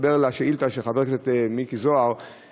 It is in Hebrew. להתחבר לשאילתה של חבר הכנסת מיקי זוהר,